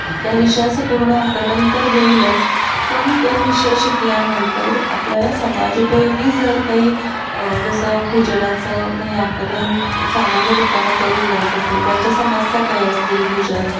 त्या विषयाचं पूर्ण आकलन तर होईलच पण तो विषय शिकल्यानंतर आपल्याला समाज उपयोगी जर काही जसं भूजलाचं काही आकलन सामान्य लोकांना करून द्यायचं असेल त्यांच्या समस्या काही असतील भूजा